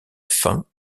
fins